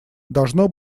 должно